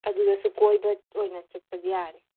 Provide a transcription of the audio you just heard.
ꯑꯗꯨꯗꯁꯨ ꯀꯣꯏꯕ ꯑꯣꯏꯅ ꯆꯠꯄꯁꯨ ꯌꯥꯅꯤ